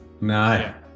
No